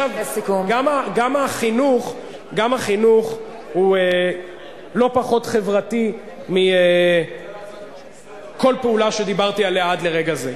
גם החינוך הוא לא פחות חברתי מכל פעולה שדיברתי עליה עד לרגע זה.